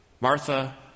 Martha